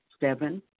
Seven